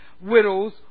widows